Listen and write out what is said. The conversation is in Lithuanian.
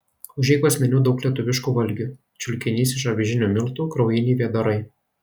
užeigos meniu daug lietuviškų valgių čiulkinys iš avižinių miltų kraujiniai vėdarai